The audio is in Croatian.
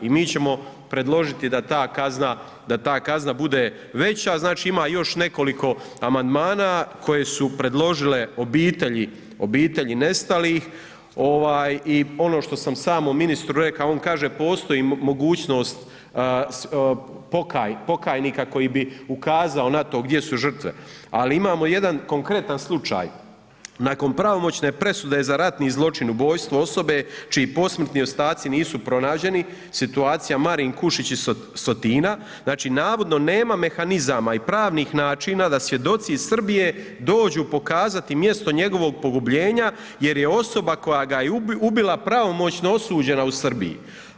I mi ćemo predložiti da ta kazna, da ta kazna bude veća, znači, ima još nekoliko amandmana koje su predložile obitelji, obitelji nestalih i ono što sam samo ministru rekao, on kaže postoji mogućnost pokajnika koji bi ukazao na to gdje su žrtve, ali imamo jedan konkretan slučaj, nakon pravomoćne presude za ratni zločin ubojstvo osobe čiji posmrtni ostaci nisu pronađeni, situacija Marin Kušić iz Sotina, znači navodno nema mehanizama i pravnih načina da svjedoci iz Srbije dođu pokazati mjesto njegovog pogubljenja jer je osoba koja ga je ubila pravomoćno osuđena u Srbiji.